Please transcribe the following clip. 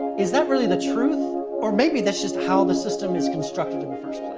is that really the truth or maybe that's just how the system is constructed.